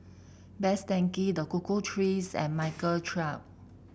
Best Denki The Cocoa Trees and Michael Trio